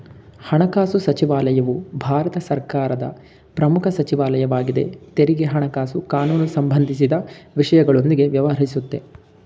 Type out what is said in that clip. ಹಣಕಾಸು ಸಚಿವಾಲಯವು ಭಾರತ ಸರ್ಕಾರದ ಪ್ರಮುಖ ಸಚಿವಾಲಯವಾಗಿದೆ ತೆರಿಗೆ ಹಣಕಾಸು ಕಾನೂನು ಸಂಬಂಧಿಸಿದ ವಿಷಯಗಳೊಂದಿಗೆ ವ್ಯವಹರಿಸುತ್ತೆ